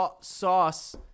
sauce